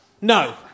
No